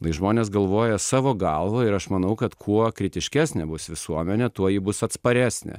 lai žmonės galvoja savo galva ir aš manau kad kuo kritiškesnė bus visuomenė tuo ji bus atsparesnė